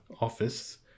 office